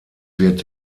wird